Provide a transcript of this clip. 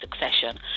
succession